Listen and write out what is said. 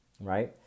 right